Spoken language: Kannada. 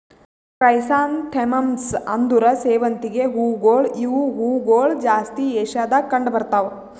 ಕ್ರೈಸಾಂಥೆಮಮ್ಸ್ ಅಂದುರ್ ಸೇವಂತಿಗೆ ಹೂವುಗೊಳ್ ಇವು ಹೂಗೊಳ್ ಜಾಸ್ತಿ ಏಷ್ಯಾದಾಗ್ ಕಂಡ್ ಬರ್ತಾವ್